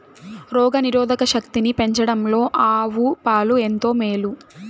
రోగ నిరోధక శక్తిని పెంచడంలో ఆవు పాలు ఎంతో మేలు